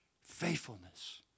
faithfulness